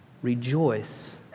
Rejoice